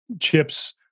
chips